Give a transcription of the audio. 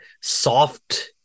soft